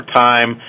time